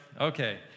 Okay